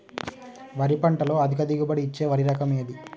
వరి పంట లో అధిక దిగుబడి ఇచ్చే వరి రకం ఏది?